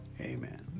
Amen